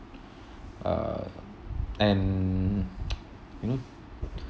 uh and you know